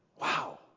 Wow